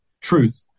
truth